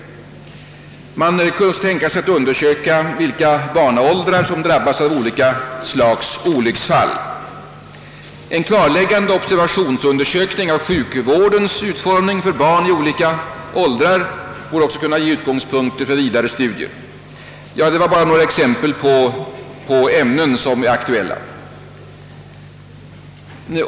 Man kunde tänka sig att undersöka vil ka barnaåldrar som drabbas av olika slags olycksfall. En klarläggande observationsundersökning av sjukvårdens utformning för barn i olika åldrar borde också kunna ge utgångspunkter för vidare studier. Detta var bara några exempel på ämnen som är aktuella.